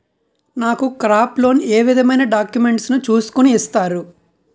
నాకు crop loan ఏ విధమైన డాక్యుమెంట్స్ ను చూస్కుని ఇస్తారు?